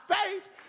faith